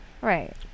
Right